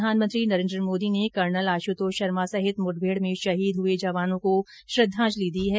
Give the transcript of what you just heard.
प्रधानमंत्री नरेन्द्र मोदी ने कर्नल आशुतोष शर्मा सहित मुठभेड़ में शहीद हुए जवानों को श्रद्वांजलि दी है